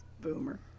boomer